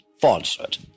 falsehood